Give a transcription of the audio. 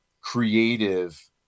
creative